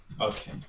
Okay